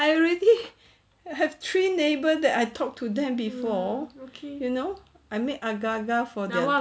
I already I have three neighbour that I talked to them before okay you know I made agar agar for them